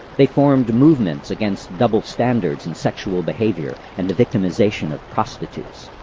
they formed movements against double standards in sexual behaviour and the victimization of prostitutes.